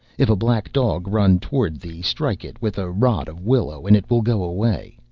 if a black dog run towards thee, strike it with a rod of willow, and it will go away.